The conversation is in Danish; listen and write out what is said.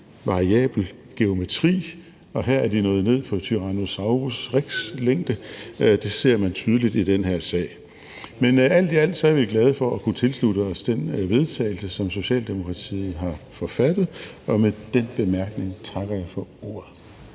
variabel geometri, og her er de nået ned på tyrannosaurus rex-længde. Det ser man tydeligt i den her sag. Men alt i alt er vi glade for at kunne tilslutte os det forslag til vedtagelse, som Socialdemokratiet har forfattet, og med den bemærkning takker jeg for ordet.